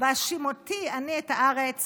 "והשמֹּתי אני את הארץ